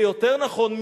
ויותר נכון,